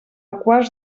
quarts